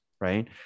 right